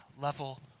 level